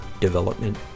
development